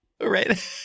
Right